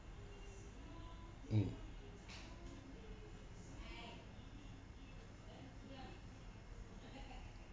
mm